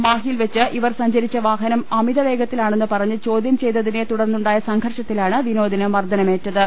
മാഹിയിൽ വെച്ച് ഇവര് സഞ്ചരിച്ച വാഹനം അമിത വേഗത്തിലാണെന്ന് പറഞ്ഞ് ചോദ്യം ചെയ്തതിനെ തുടർന്നുണ്ടായ സംഘർഷത്തിലാണ് വിനോദിന് മർദനമേറ്റത്